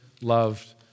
loved